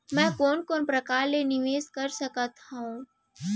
मैं कोन कोन प्रकार ले निवेश कर सकत हओं?